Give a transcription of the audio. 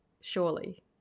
surely